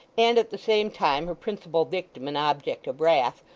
and at the same time her principal victim and object of wrath,